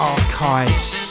Archives